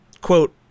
quote